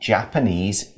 Japanese